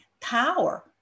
power